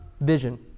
vision